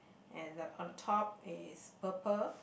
and the on the top is purple